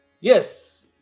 Yes